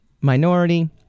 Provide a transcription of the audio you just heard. minority